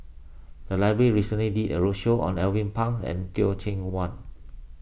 the library recently did a roadshow on Alvin Pang and Teh Cheang Wan